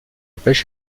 pêche